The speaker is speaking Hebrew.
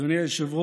תיקון מס' 42,